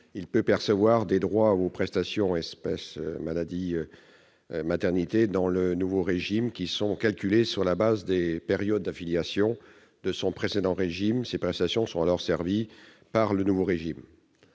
il peut percevoir des droits aux prestations en espèces maladie-maternité dans le nouveau régime qui sont calculés sur la base des périodes d'affiliation de son précédent régime. Ces prestations sont alors servies par le nouveau régime.